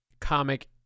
comic